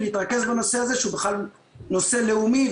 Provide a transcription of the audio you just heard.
להתרכז בנושא הזה שהוא בכלל נושא לאומי.